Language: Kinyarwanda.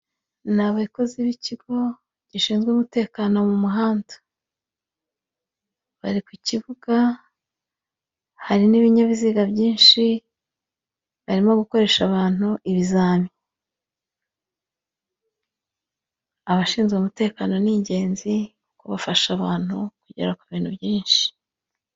Ni abakozi b'ikigo gishinzwe umutekano mu muhanda, bari ku kibuga, hari n'ibinyabiziga byishi, barimo gukoresha abantu ibizami, abashinzwe umutekano ni ingenzi, bafasha abantu kugera ku bintu byinshi.